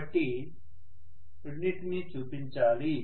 కాబట్టి రెండింటిని చూపించాలి